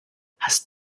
hast